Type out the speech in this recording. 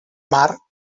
mar